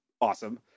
Awesome